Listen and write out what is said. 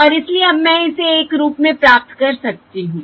और इसलिए अब मैं इसे एक रूप में प्राप्त कर सकती हूं